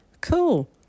cool